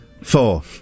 Four